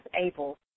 able